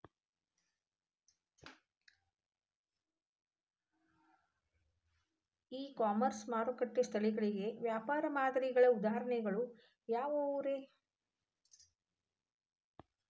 E commerce ಮಾರುಕಟ್ಟೆ ಸ್ಥಳಗಳಿಗೆ ವ್ಯಾಪಾರ ಮಾದರಿಗಳ ಉದಾಹರಣೆಗಳು ಯಾವವುರೇ?